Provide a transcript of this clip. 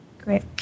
Great